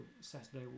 Saturday